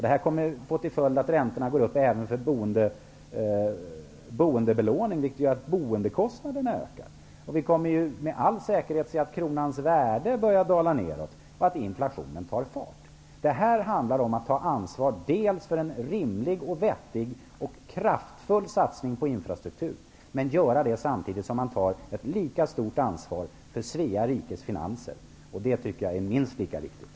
Det kommer att få till följd att även räntorna för bostadslån går upp, vilket gör att boendekostnaderna ökar. Vi kommer med all säkerhet att se att kronans värde börjar dala och att inflationen tar fart. Det handlar om att ta ansvar för en rimlig, vettig och kraftfull satsning på infrastrukturen, samtidigt som man tar ett lika stort ansvar för Svea rikes finanser. Det tycker jag är minst lika viktigt.